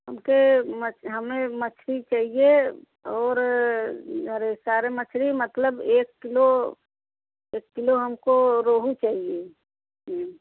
हमके मछ हमें मछली चाहिए और अरे सारे मछली मतलब एक किलो एक किलो हमको रोहू चाहिए